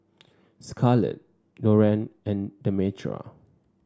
Scarlett Loren and Demetra